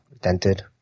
dented